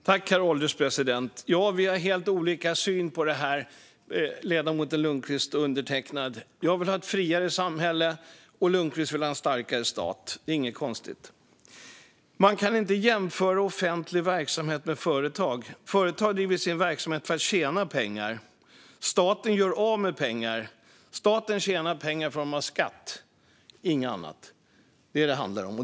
Herr ålderspresident! Vi har helt olika syn på det här, ledamoten Lundqvist och undertecknad. Jag vill ha ett friare samhälle, och Lundqvist vill ha en starkare stat - inget konstigt. Man kan inte jämföra offentlig verksamhet med företag. Företag driver sin verksamhet för att tjäna pengar. Staten gör av med pengar. Staten tjänar pengar i form av skatt, inget annat. Det är detta det handlar om.